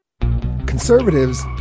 Conservatives